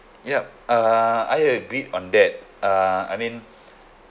yup err I agreed on that uh I mean